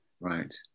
Right